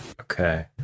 okay